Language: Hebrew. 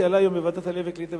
שעלה היום בוועדת העלייה והקליטה,